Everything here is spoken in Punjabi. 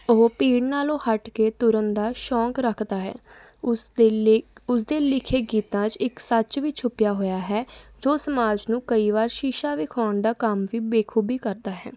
ਉਹ ਭੀੜ ਨਾਲੋਂ ਹਟ ਕੇ ਤੁਰਨ ਦਾ ਸ਼ੌਕ ਰੱਖਦਾ ਹੈ ਉਸ ਦੇ ਲੇਖ ਉਸਦੇ ਲਿਖੇ ਗੀਤਾਂ 'ਚ ਇੱਕ ਸੱਚ ਵੀ ਛੁਪਿਆ ਹੋਇਆ ਹੈ ਜੋ ਸਮਾਜ ਨੂੰ ਕਈ ਵਾਰ ਸ਼ੀਸ਼ਾ ਵਿਖਾਉਣ ਦਾ ਕੰਮ ਵੀ ਬਾਖੂਬੀ ਕਰਦਾ ਹੈ